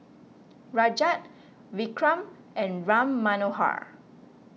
Rajat Vikram and Ram Manohar